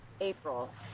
April